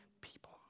people